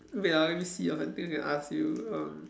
wait ah let me see of something I can ask you um